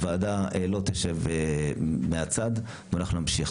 הוועדה לא תשב מהצד, ואנחנו נמשיך.